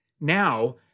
Now